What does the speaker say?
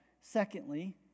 secondly